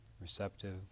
receptive